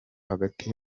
hagati